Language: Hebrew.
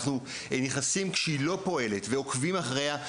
נכנסים כשהיא לא פועלת ועוקבים אחריה,